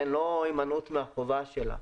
לא הימנעות מן החובה שלה,